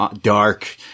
dark